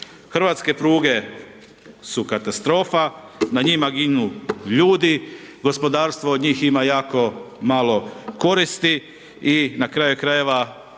Hrvatske pruge su katastrofa, na njima ginu ljudi, gospodarstvo od njih ima jako malo koristi i na kraju krajeva